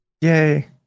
Yay